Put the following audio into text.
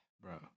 bro